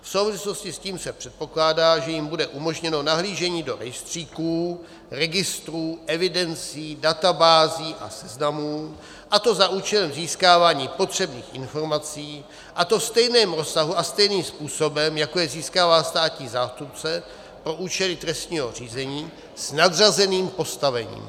V souvislosti s tím se předpokládá, že jim bude umožněno nahlížení do rejstříků, registrů, evidencí, databází a seznamů, a to za účelem získávání potřebných informací, a to ve stejném rozsahu a stejným způsobem, jako je získává státní zástupce pro účely trestního řízení s nadřazeným postavením.